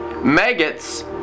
Maggots